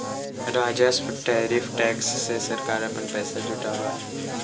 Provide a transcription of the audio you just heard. राजस्व tariff tax से सरकार अपना पैसा जुटावअ हई